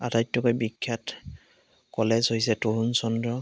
আটাইতকৈ বিখ্যাত কলেজ হৈছে তৰুণ চন্দ্ৰ